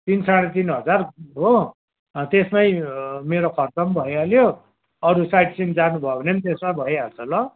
तिन साँडे तिन हजार हो त्यसमै मेरो खर्च पनि भइहाल्यो अरू साइट सिन जानु भयो भने पनि त्यसमै भइहाल्छ ल